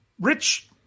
Rich